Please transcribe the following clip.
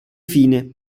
fine